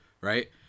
Right